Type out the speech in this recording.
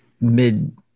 mid